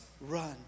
run